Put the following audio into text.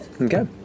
Okay